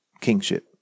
kingship